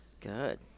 Good